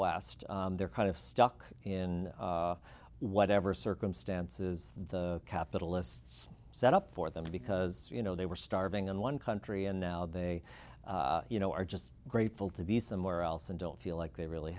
west they're kind of stuck in whatever circumstances capital lists set up for them because you know they were starving in one country and now they you know are just grateful to be somewhere else and don't feel like they really